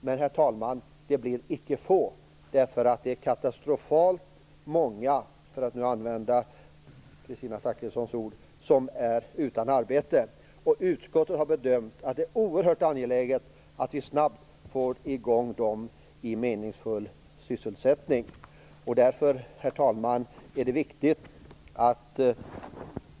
Men, herr talman, det blir icke få. Det är katastrofalt många, för att använda Kristina Zakrissons ord, som är utan arbete. Utskottet har bedömt det som oerhört angeläget att dessa ungdomar snabbt kommer i gång med meningsfull sysselsättning. Herr talman!